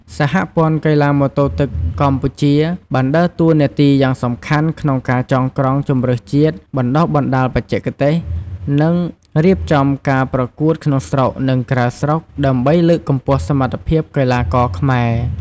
សហព័ន្ធកីឡាម៉ូតូទឹកកម្ពុជា បានដើរតួនាទីយ៉ាងសំខាន់ក្នុងការចងក្រងជម្រើសជាតិ បណ្តុះបណ្តាលបច្ចេកទេស និងរៀបចំការប្រកួតក្នុងស្រុក និងក្រៅស្រុក ដើម្បីលើកកម្ពស់សមត្ថភាពកីឡាករខ្មែរ។